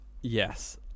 Yes